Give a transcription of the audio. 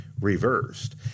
reversed